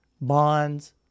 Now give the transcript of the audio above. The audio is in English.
Bonds